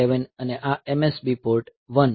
7 અને આ MSB port 1